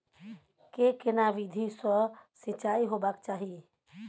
के केना विधी सॅ सिंचाई होबाक चाही?